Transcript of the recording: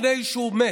לפני שהוא מת.